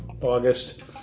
August